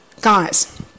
guys